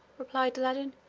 replied aladdin,